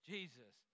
Jesus